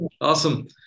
Awesome